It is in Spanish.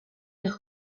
los